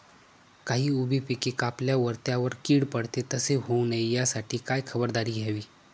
काही उभी पिके कापल्यावर त्यावर कीड पडते, तसे होऊ नये यासाठी काय खबरदारी घ्यावी?